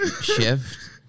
shift